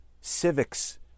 Civics